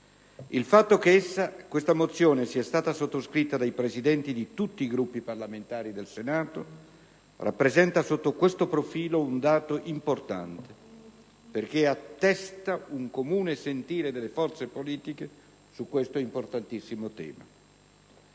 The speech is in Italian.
Il fatto che essa sia stata sottoscritta dai Presidenti di tutti i Gruppi parlamentari del Senato rappresenta sotto questo profilo un dato importante perché attesta un comune sentire delle forze politiche su questo importantissimo tema.